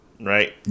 right